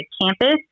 campus